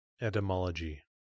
Etymology